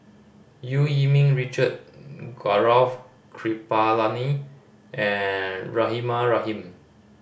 Eu Yee Ming Richard Gaurav Kripalani and Rahimah Rahim